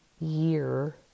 year